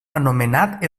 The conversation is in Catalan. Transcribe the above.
anomenat